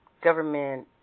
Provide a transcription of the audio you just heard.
government